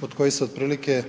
od kojih se otprilike